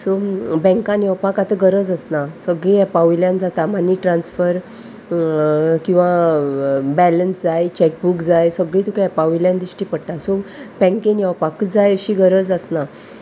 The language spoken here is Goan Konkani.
सो बँकान येवपाक आतां गरज आसना सगळीं एपा वयल्यान जाता मनी ट्रान्सफर किंवां बॅलंस जाय चॅकबूक जाय सगळीं तुका एपावयल्यान दिश्टी पडटा सो बँकेन येवपाक जाय अशी गरज आसना